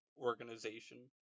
organization